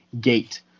gate